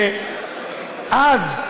שאז,